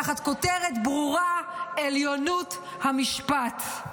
תחת כותרת ברורה: עליונות המשפט.